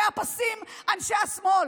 ראש העיר,